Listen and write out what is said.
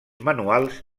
manuals